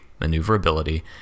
maneuverability